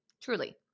Truly